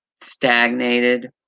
stagnated